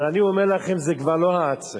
אבל אני אומר לכם: זה כבר לא העצל.